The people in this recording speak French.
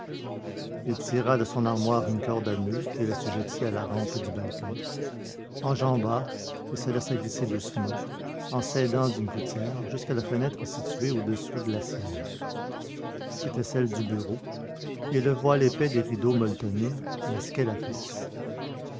il tira de son armoire une corde à noeuds qu'il assujettit à la rampe du balcon enjamba et se laissa glisser doucement en s'aidant d'une gouttière jusqu'à la fenêtre située au-dessous de la sienne c'était celle du bureau et le voile épais des rideaux molletonnés masquait la pièce